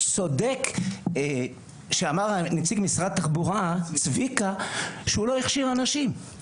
צודק שאמר נציג משרד התחבורה צביקה שהוא לא הכשיר אנשים.